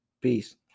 Peace